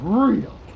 real